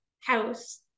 house